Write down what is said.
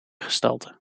gestalte